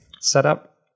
setup